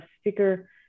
Speaker